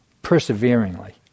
perseveringly